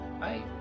Bye